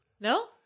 No